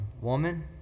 Woman